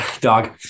dog